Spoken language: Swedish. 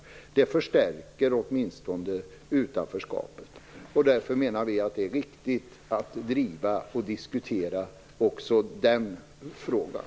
Detta förstärker utanförskapet. Därför menar vi i Vänsterpartiet att det är viktigt att driva och diskutera också den frågan.